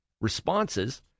responses